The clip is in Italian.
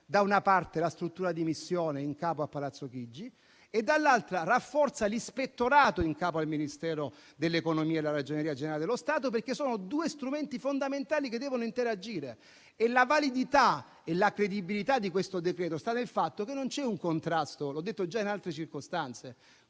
da una parte, la struttura di missione in capo a Palazzo Chigi e, dall'altra, l'ispettorato in capo al Ministero dell'economia e delle finanze e della Ragioneria generale dello Stato, perché questi sono due strumenti fondamentali che devono interagire. La validità e la credibilità di questo decreto sta nel fatto che, come ho detto già in altre circostanze,